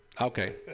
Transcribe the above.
Okay